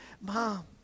mom